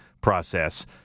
process